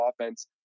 offense